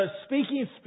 speaking